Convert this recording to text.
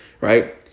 right